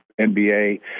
NBA